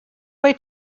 way